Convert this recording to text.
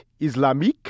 islamique